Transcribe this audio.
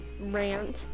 rant